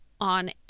on